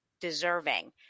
deserving